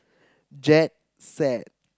Jet fat